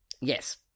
yes